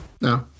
No